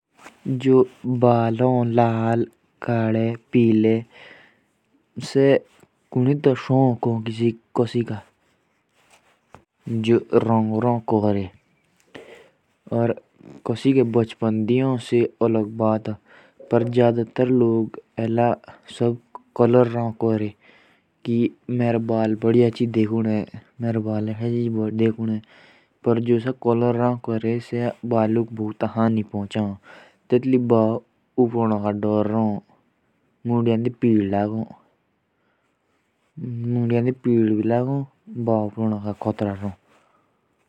जैसे सिर के बाल होते हैं। तो वो कोई तो कुलर करके रखते हैं। और वो कलर हानिकारक होता है। और किसी के बाल बचपन से ही वैसे होते हैं।